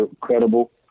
credible